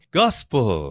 gospel